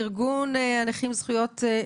ארגון הנכים זכויות נכים,